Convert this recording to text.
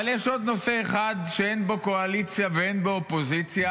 אבל יש עוד נושא אחד שאין בו קואליציה ואין בו אופוזיציה.